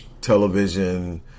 television